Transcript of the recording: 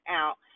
out